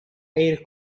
air